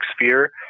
sphere